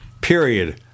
period